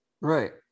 Right